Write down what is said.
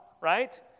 right